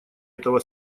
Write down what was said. этого